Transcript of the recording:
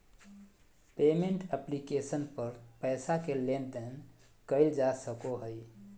payment application पर पैसा के लेन देन कइल जा सको हइ